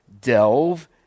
Delve